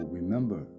remember